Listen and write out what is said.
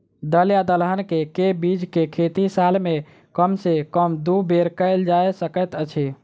दल या दलहन केँ के बीज केँ खेती साल मे कम सँ कम दु बेर कैल जाय सकैत अछि?